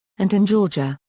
and in georgia,